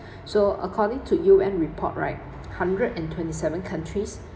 so according to U_N report right hundred and twenty seven countries